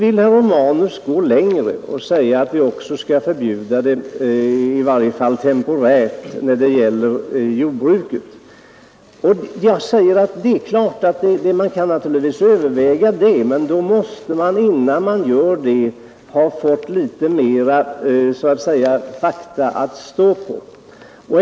Herr Romanus vill att vi skall gå längre och i varje fall temporärt utfärda ett förbud när det gäller jordbruket. Man kan naturligtvis överväga det. Men innan man gör det måste man ha litet mera fakta till grund för en bedömning.